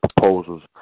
proposals